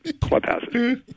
clubhouse